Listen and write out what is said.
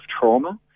trauma